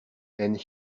and